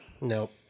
Nope